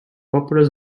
populous